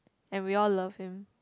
and we all love him